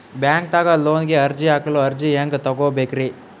ಬ್ಯಾಂಕ್ದಾಗ ಲೋನ್ ಗೆ ಅರ್ಜಿ ಹಾಕಲು ಅರ್ಜಿ ಹೆಂಗ್ ತಗೊಬೇಕ್ರಿ?